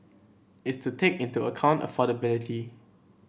is to take into account affordability